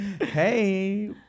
Hey